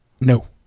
no